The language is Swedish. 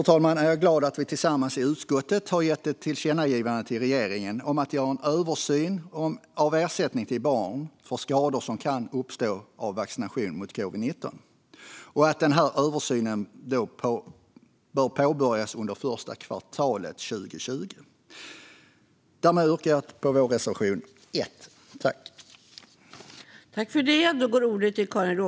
Till sist är jag glad över att vi tillsammans i utskottet har gjort ett tillkännagivande till regeringen om att göra en översyn av ersättningen till barn för skador som kan uppstå av vaccination mot covid-19 och att denna översyn bör påbörjas under första kvartalet 2022. Därmed yrkar jag bifall till vår reservation 1.